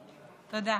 תודה.